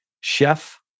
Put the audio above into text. Chef